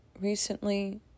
recently